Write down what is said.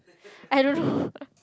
I don't know